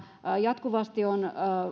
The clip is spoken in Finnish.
jatkuvasti on